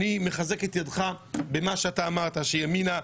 אני מחזק את ידך במה שאמרת שימינה,